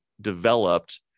developed